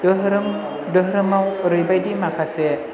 धोरोमाव ओरैबायदि माखासे